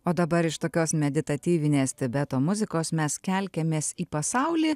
o dabar iš tokios meditatyvinės tibeto muzikos mes kelkimės į pasaulį